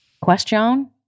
question